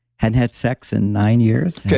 hadn't had sex in nine years.